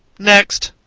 next!